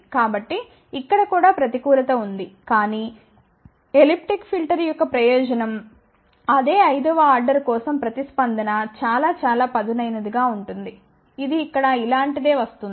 కాబట్టి ఇక్కడ కూడా ప్రతికూలత ఉంది కానీ ఎలిప్టిక్ ఫిల్టర్ యొక్క ప్రయోజనం అదే 5 వ ఆర్డర్ కోసం ప్రతిస్పందన చాలా చాలా పదునైనదిగా ఉంటుంది ఇది ఇక్కడ ఇలాంటిదే వస్తుంది